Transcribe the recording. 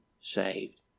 saved